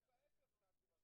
ושום דבר לא קרה.